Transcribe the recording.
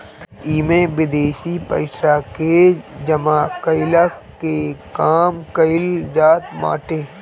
इमे विदेशी पइसा के जमा कईला के काम कईल जात बाटे